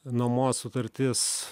nuomos sutartis